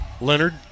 Leonard